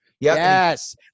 Yes